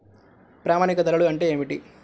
ప్రామాణిక ధరలు అంటే ఏమిటీ?